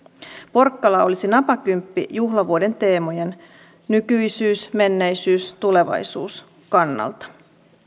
porkkala olisi napakymppi juhlavuoden teemojen nykyisyys menneisyys tulevaisuus kannalta